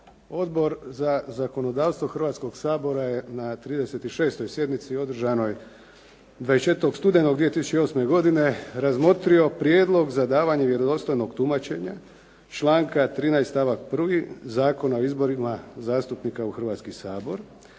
Odbor za zakonodavstvo Hrvatskoga sabora je na 36. sjednici održanoj 24. studenog 2008. godine razmotrio Prijedlog za davanje vjerodostojnog tumačenja, članka 13. stavak 1. Zakona o izborima zastupnika u Hrvatski sabor.